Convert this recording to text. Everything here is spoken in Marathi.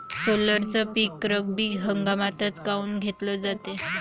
सोल्याचं पीक रब्बी हंगामातच काऊन घेतलं जाते?